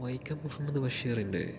വൈക്കം മുഹമ്മദ് ബഷീറിൻ്റെ